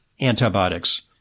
antibiotics